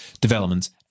developments